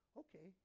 okay